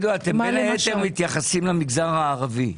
בין היתר אתם מתייחסים למגזר הערבי.